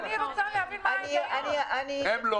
הן לא